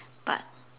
but